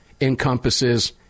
encompasses